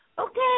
Okay